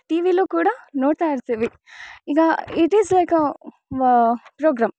T ವಿಲು ಕೂಡ ನೋಡ್ತಾ ಇರ್ತಿವಿ ಈಗ ಇಟೀಸ್ ಲೈಕ್ ಅ ಪ್ರೋಗ್ರಾಮ್